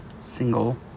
single